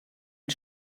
und